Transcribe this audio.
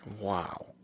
Wow